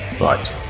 Right